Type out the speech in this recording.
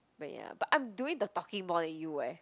wait ah but I'm doing the talking more than you eh